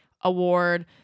Award